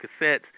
cassettes